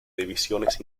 divisiones